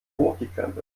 hochgekrempelt